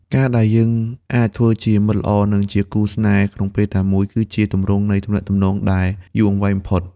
ការដែលយើងអាចធ្វើជា «មិត្តល្អ» និងជា «គូស្នេហ៍» ក្នុងពេលតែមួយ គឺជាទម្រង់នៃទំនាក់ទំនងដែលយូរអង្វែងបំផុត។